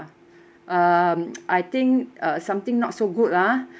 um I think uh something not so good ah